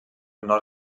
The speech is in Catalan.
nord